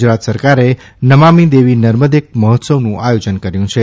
ગુજરાત સરકારે નમામી દેવી નર્મદે મહોત્સવનું આયોજન કર્યું છે